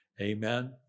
amen